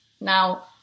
Now